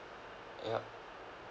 yup